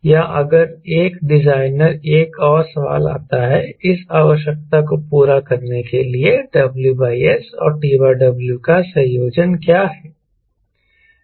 या अगर एक डिजाइनर एक और सवाल आता है इस आवश्यकता को पूरा करने के लिए WS और TW का संयोजन क्या है